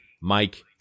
Mike